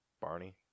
Barney